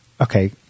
Okay